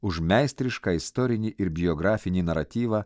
už meistrišką istorinį ir biografinį naratyvą